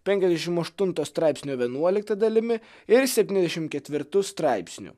penkiasdešimt aštunto straipsnio vienuolikta dalimi ir septyniasdešimt ketvirtu straipsniu